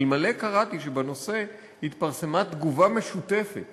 אלמלא קראתי שבנושא התפרסמה תגובה משותפת